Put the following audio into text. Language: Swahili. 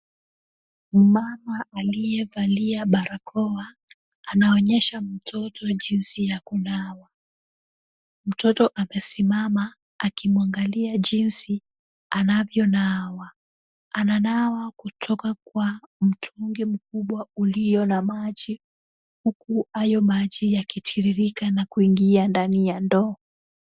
Mmama aliyevalia barakoa anaonyesha mtoto jinsi ya kunawa. Mtoto amesimama akimwangalia jinsi anavyo nawa. Ananawa kutoka kwa mtungi mkubwa ulio na maji huku hayo maji yakitiririka na kuingia ndani ya ndoo.